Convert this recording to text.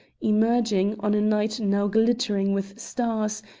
emerging on a night now glittering with stars,